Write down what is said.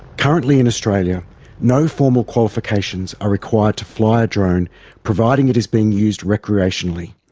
currently in australia no formal qualifications are required to fly a drone providing it is being used recreationally.